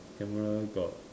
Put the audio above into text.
camera got